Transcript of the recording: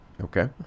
okay